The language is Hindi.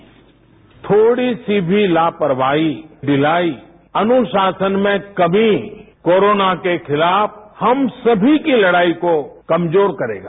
बाईट थोड़ीसी भी लापरवाही ढिलाई अनुशासन में कमी कोरोना के खिलाफ हम सभी की लड़ाई को कमजोर करेगा